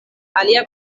alia